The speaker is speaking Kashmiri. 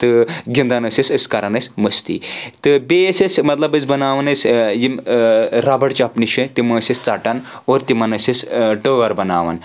تہٕ گنٛدَان ٲسۍ أسۍ أسۍ کرَان أسۍ مٔستی تہٕ بیٚیہِ ٲسۍ أسۍ مطلب أسۍ بناوَان أسۍ یِم رَبَڑ چَپنہِ چھِ تِم ٲسۍ أسۍ ژٹَان اور تِمَن ٲسۍ أسۍ ٹٲر بناوَان